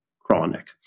chronic